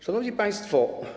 Szanowni Państwo!